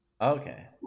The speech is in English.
okay